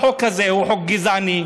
החוק הזה הוא חוק גזעני,